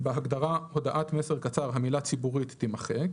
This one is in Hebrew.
בהגדרה "הודעת מסר קצר", המילה "ציבורית" תימחק,